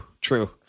true